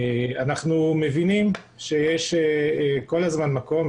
אנחנו מבינים שיש כל הזמן מקום,